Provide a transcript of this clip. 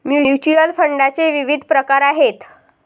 mutual फंडाचे विविध प्रकार आहेत